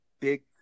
big